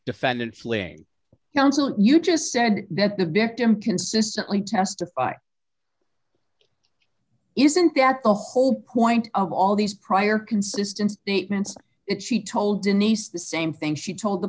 counsel you just said that the victim consistently testify isn't that the whole point of all these prior consistent statements and she told denise the same thing she told the